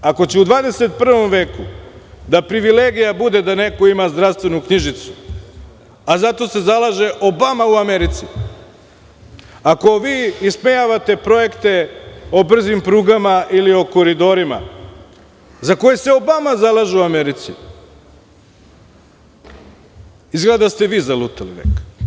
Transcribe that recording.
Ako će u 21. veku privilegija da bude da neko ima zdravstvenu knjižicu, a zato se zalaže Obama u Americi, ako vi ismejavate projekte o brzim prugama ili koridorima za koje se Obama zalaže u Americi, izgleda da ste vi zalutali vek.